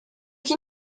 qui